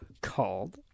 called